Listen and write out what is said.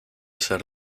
ser